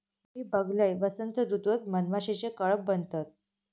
मी बघलंय, वसंत ऋतूत मधमाशीचे कळप बनतत